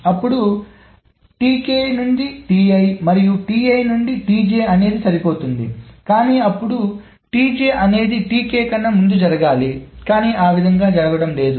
అప్పుడు to మరియు to అనేది సరిపోతుంది కానీ అప్పుడు అనేది కన్నా ముందు జరగాలి ఆ విధంగా జరగడం లేదు